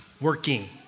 working